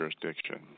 jurisdiction